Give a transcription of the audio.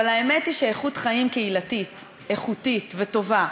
אבל האמת היא שאיכות חיים קהילתית איכותית וטובה,